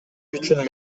үчүн